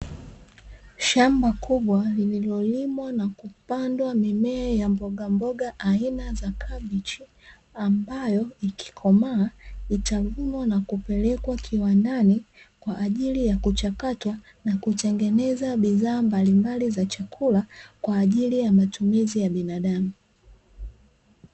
Shamba kubwa lililolimwa na kupandwa mimea ya mbogamboga aina za kabichi, ambayo ikikomaa itavunwa na kupelekwa kiwandani kwa ajilu ya kuchakatwa na kutengenezwa bidhaa mbalimbali za chakula, kwa ajili ya matumizi ya binadamu.